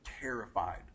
terrified